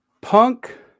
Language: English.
Punk